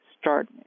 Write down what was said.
start